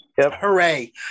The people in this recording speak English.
Hooray